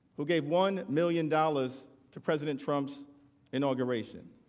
who gave one million dollars to president trump's inauguration.